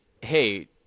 hey